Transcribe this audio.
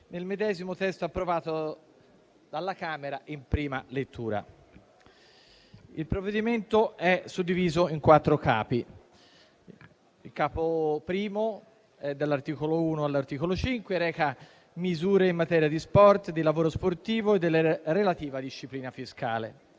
nel medesimo testo approvato dalla Camera in prima lettura. Il provvedimento è suddiviso in quattro capi. Il capo I, dall'articolo 1 all'articolo 5, reca misure in materia di sport, di lavoro sportivo e sulla relativa disciplina fiscale.